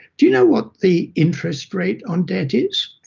do you know what the interest rate on debt is?